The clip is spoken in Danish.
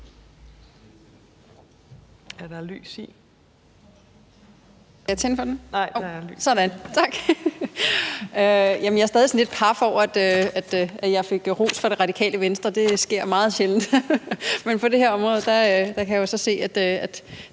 Jeg er stadig sådan lidt paf over, at jeg fik ros fra Det Radikale Venstre – det sker meget sjældent. Men på det her område kan jeg jo så se